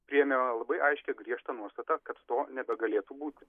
priėmė labai aiškią griežtą nuostatą kad to nebegalėtų būti